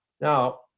Now